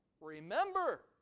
Remember